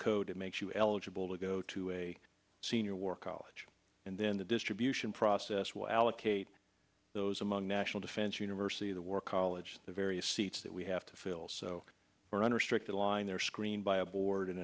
code it makes you eligible to go to a senior war college and then the distribution process will allocate those among national defense university the war college the various seats that we have to fill so we're under strict a line they're screened by a board an